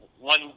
one